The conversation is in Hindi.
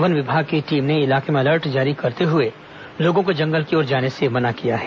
वन विभाग की टीम ने इलाके में अलर्ट जारी करते हुए लोगों को जंगल की ओर जाने से मना किया है